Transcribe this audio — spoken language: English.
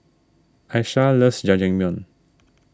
Aisha loves Jajangmyeon